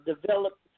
develop